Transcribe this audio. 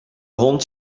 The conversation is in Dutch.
hond